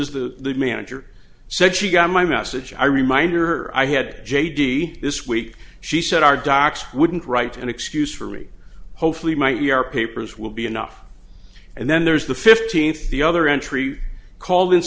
the manager said she got my message i reminder i had j d this week she said are docs wouldn't write an excuse for me hopefully might your papers will be enough and then there's the fifteenth the other entry called in